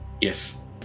Yes